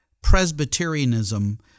Presbyterianism